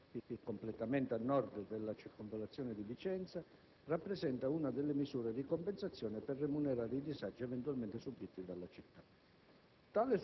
Il completamento a nord della circonvallazione di Vicenza rappresenta una delle misure di compensazione per remunerare i disagi eventualmente subiti dalla città.